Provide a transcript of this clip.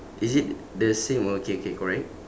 is it the same okay okay correct